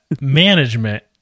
management